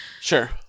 Sure